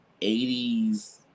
80s